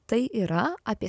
tai yra apie